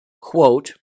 quote